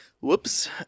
Whoops